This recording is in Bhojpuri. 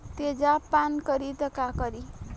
तेजाब पान करी त का करी?